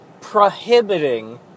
prohibiting